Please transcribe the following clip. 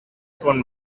con